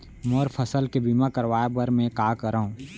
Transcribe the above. मोर फसल के बीमा करवाये बर में का करंव?